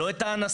לא את האנסים,